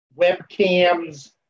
webcams